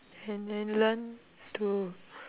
and then learn to